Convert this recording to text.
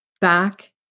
back